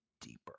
deeper